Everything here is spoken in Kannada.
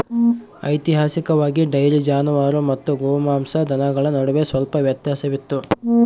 ಐತಿಹಾಸಿಕವಾಗಿ, ಡೈರಿ ಜಾನುವಾರು ಮತ್ತು ಗೋಮಾಂಸ ದನಗಳ ನಡುವೆ ಸ್ವಲ್ಪ ವ್ಯತ್ಯಾಸವಿತ್ತು